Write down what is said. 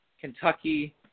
Kentucky –